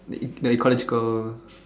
the ecological